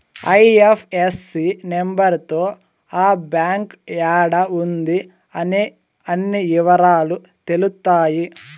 IFSC number తో ఆ bank యాడా ఉంది అనే అన్ని ఇవరాలు తెలుత్తాయి